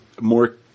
more